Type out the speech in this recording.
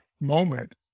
moment